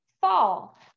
Fall